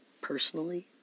personally